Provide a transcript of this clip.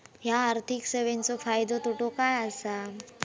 हया आर्थिक सेवेंचो फायदो तोटो काय आसा?